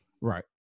right